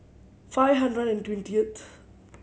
five hundred and twentieth